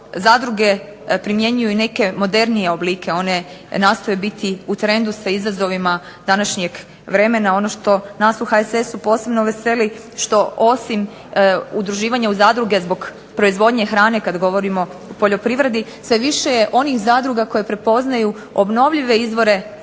zadruge primjenjuju i neke modernije oblike, one nastoje biti u trendu sa izazovima današnjeg vremena. Ono što nas u HSS-u posebno veseli što osim udruživanja u zadruge zbog proizvodnje hrane kad govorimo o poljoprivredi sve više je onih zadruga koje prepoznaju obnovljive izvore